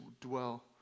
dwell